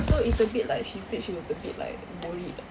so it's a bit like she said she was a bit like worried